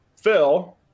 Phil